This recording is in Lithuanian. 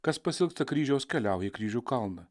kas pasiilgsta kryžiaus keliauja į kryžių kalną